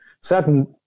certain